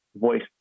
voice